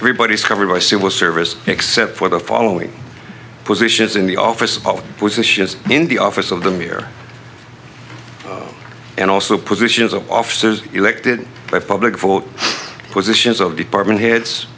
three bodies covered by civil service except for the following positions in the office with the shias in the office of them here and also positions of officers elected by public vote positions of department heads